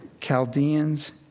Chaldeans